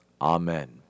Amen